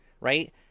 right